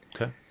Okay